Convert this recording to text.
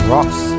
Ross